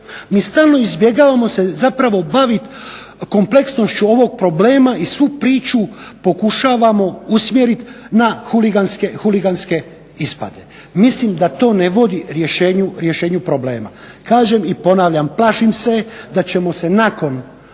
Mi stalno izbjegavamo se zapravo baviti kompleksnošću ovog problema i svu priču pokušavamo usmjerit na huliganske ispade. Mislim da to ne vodi rješenju problema. Kažem i ponavljam, plašim se da ćemo se nakon